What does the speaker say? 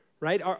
Right